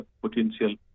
potential